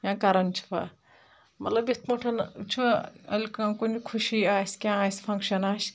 یا کَران چھُوا مطلب یِتھ پٲٹھۍ چھُ ییٚلہِ کانٛہہ کُنہِ خوشی آسہِ کیٚنٛہہ آسہِ فَنٛکشَن آسہِ